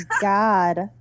God